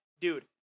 dude